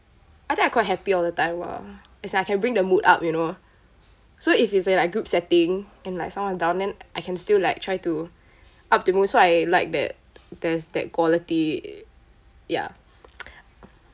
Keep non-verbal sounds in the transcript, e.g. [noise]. I think I quite happy all the time !wah! it's like I can bring the mood up you know so if it's say like group setting and like someone down I can still like try to up the mood so I like that there's that quality ya [noise]